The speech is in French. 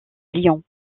lyon